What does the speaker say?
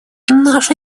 наша